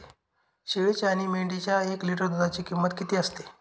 शेळीच्या आणि मेंढीच्या एक लिटर दूधाची किंमत किती असते?